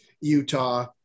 Utah